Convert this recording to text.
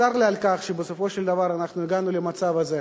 צר לי על כך שבסופו של דבר אנחנו הגענו למצב הזה.